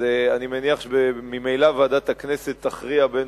אני מניח שממילא ועדת הכנסת תכריע בין